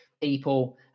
people